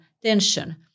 tension